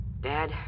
Dad